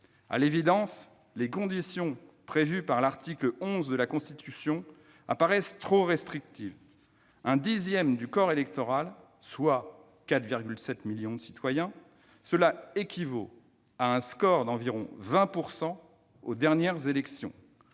À l'évidence, les conditions prévues par l'article 11 de la Constitution apparaissent trop restrictives : un dixième du corps électoral, soit 4,7 millions de citoyens, cela équivaut à un score d'environ 20 % aux dernières élections,